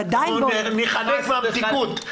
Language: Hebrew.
ניחנק מהמתיקות.